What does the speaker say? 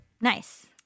Nice